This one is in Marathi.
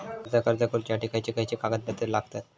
कर्जाक अर्ज करुच्यासाठी खयचे खयचे कागदपत्र लागतत